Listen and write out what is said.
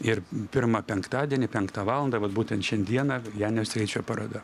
ir pirmą penktadienį penktą valandą vat būtent šiandieną janio streičio paroda